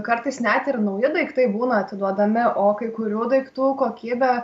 kartais net ir nauji daiktai būna atiduodami o kai kurių daiktų kokybė